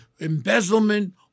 embezzlement